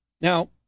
Now